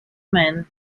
man